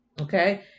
okay